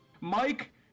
Mike